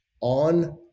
on